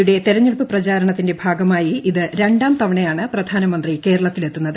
യുടെ തിരഞ്ഞെടുപ്പ് പ്രചാരണത്തിന്റെ ഭാഗമായി ഇത് രണ്ടാം തവണയാണ് പ്രധാനമന്ത്രി കേരളത്തിലെത്തുന്നത്